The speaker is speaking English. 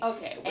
Okay